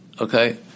Okay